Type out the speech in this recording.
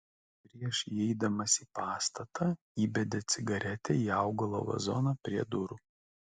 prieš įeidamas į pastatą įbedė cigaretę į augalo vazoną prie durų